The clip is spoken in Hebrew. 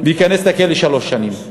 וייכנס לכלא לשלוש שנים.